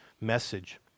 message